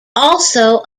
also